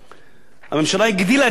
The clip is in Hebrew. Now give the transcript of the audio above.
הממשלה הגדילה את הגירעון,